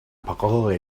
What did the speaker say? parole